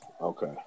okay